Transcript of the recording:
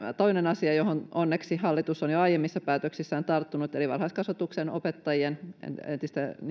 toinen asia johon onneksi hallitus on jo aiemmissa päätöksissään tarttunut eli varhaiskasvatuksen opettajien entiseltä